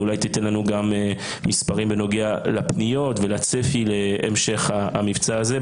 אולי תיתן לנו גם מספרים בנוגע לפניות ולצפי להמשך המבצע הזה.